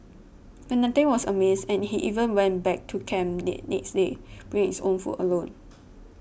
but nothing was amiss and he even went back to camp the next day bringing his own food alone